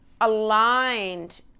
aligned